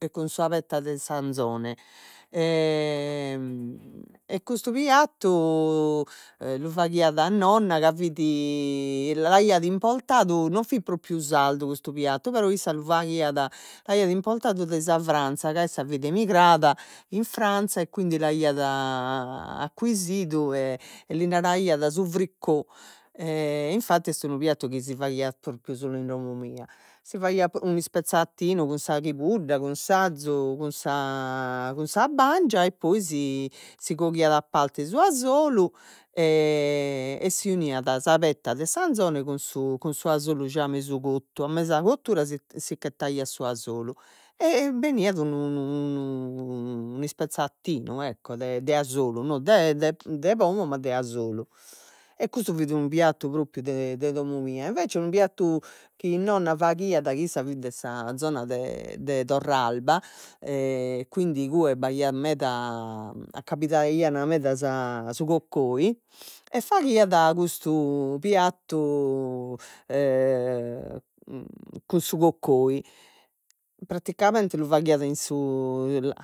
E cun sa petta de s'anzone, e custu piattu lu faghiat nonna ca l'aiat importadu no fit propriu sardu custu piattu, però issa lu faghiat, l'aiat importadu dae sa Franza ca issa fit emigrada in Franza e quindi l'aiat accuisidu e li naraiat su Fricò e infatti est unu piattu chi si faghiat solu in domo mia, si faghiat unu ispezzatinu cun sa chibudda, cun s'azu, cun cun sa bangia e poi si coghiat a parte su 'asolu e s'auniat sa petta de s'anzone cun su cun su 'asolu già mesu cottu, a mesa cottura si sicch''ettaiat su 'asolu e beniat unu un'ispezzatinu ecco de de 'asolu, no de de pomo ma de 'asolu e custu fit unu piattu propriu de de domo mia, invece unu piattu chi nonna faghiat issa fit de sa zona de de Torralba e quindi igue b'aiat meda, accabidaian meda sa su coccoi e faghiat custu piattu cun su coccoi, praticamente lu faghiat in su